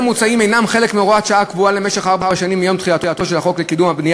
בנושא של קרנות הריט,